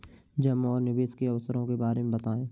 जमा और निवेश के अवसरों के बारे में बताएँ?